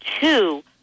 two